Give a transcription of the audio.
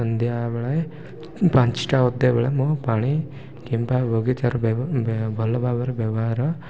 ସନ୍ଧ୍ୟାବେଳେ ପାଞ୍ଚଟା ଅଧେବେଳେ ମୁଁ ପାଣି କିମ୍ବା ବଗିଚାର ଭଲ ଭାବରେ ବ୍ୟବହାର